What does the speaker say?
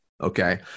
okay